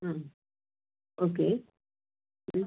ആ ഓക്കെ